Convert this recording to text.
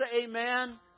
amen